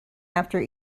after